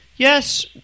Yes